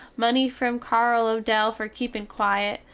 money from carl odell fer keepin quiet,